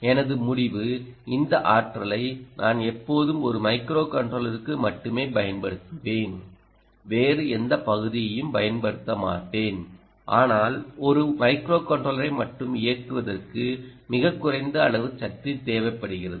எனது முடிவு இந்த ஆற்றலை நான் எப்போதும் ஒரு மைக்ரோகண்ட்ரோலருக்கு மட்டுமே பயன்படுத்துவேன் வேறு எந்தப் பகுதியையும் பயன்படுத்த மாட்டேன் ஆனால் ஒரு மைக்ரோகண்ட்ரோலரை மட்டுமே இயக்குவதற்கு மிகக் குறைந்த அளவு சக்தி தேவைப்படுகிறது